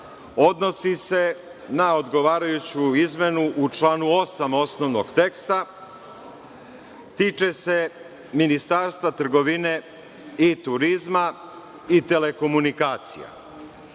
odnosi se na odgovarajuću izmenu u članu 8. osnovnog teksta, a tiče se Ministarstva trgovine, turizma i telekomunikacija.